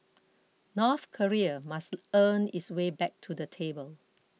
North Korea must earn its way back to the table